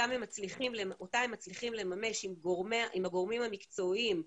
אותה הם מצליחים לממש עם הגורמים המקצועיים,